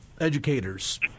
educators